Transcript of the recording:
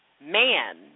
man